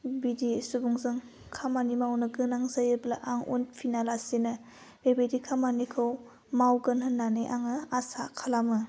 बिदि सुबुंजों खामानि मावनो गोनां जायोब्ला आं उनफिना लासिनो बेबायदि खामानिखौ मावगोन होन्नानै आङो आसा खालामो